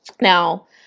Now